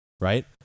Right